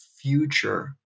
future